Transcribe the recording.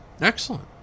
Excellent